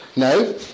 No